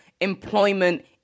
employment